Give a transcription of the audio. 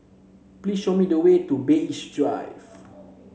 please show me the way to Bay East Drive